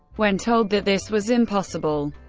when told that this was impossible,